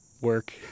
work